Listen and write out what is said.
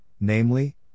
namely